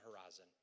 horizon